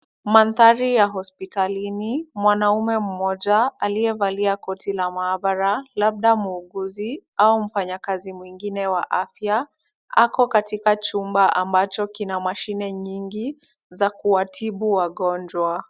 Maadhari ya hosipitalini, mwanaume mmoja aliyevalia koti la maabara labda muuguzi au mfanyakazi mwingine wa afya ako katika chumba ambacho kina mashine nyingi za kuwatibu wagonjwa.